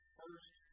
first